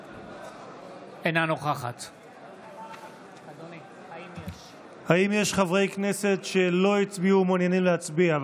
אינה נוכחת האם יש חברי כנסת שלא הצביעו ומעוניינים להצביע?